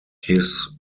his